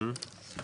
נכון.